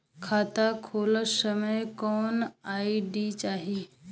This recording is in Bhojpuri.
खाता खोलत समय कौन आई.डी चाही?